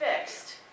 fixed